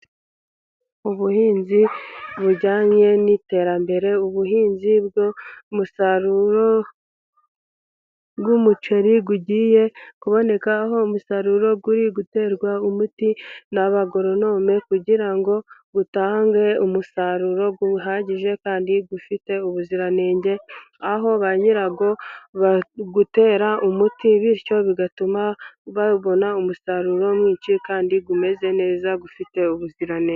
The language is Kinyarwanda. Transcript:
Ubuhinzi bujyanye n'iterambere. Ubuhinzi bw umusaruro w'umuceri bugiye kuboneka, aho umusaruro uri guterwa umuti n'abagoronome, kugira ngo utange umusaruro uhagije kandi ufite ubuziranenge, aho ba nyirawo bari gutera umuti, bityo bigatuma babona umusaruro mwinshi kandi umeze neza ufite ubuziranenge.